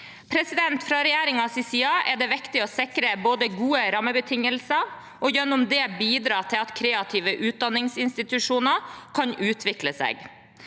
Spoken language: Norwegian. fagfelt. Fra regjeringens side er det viktig å sikre gode rammebetingelser og gjennom det bidra til at kreative utdanningsinstitusjoner kan utvikle seg.